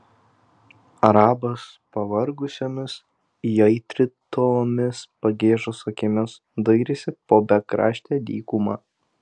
arabas pavargusiomis įaitrintomis pagiežos akimis dairėsi po bekraštę dykumą